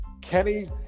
Kenny